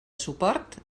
suport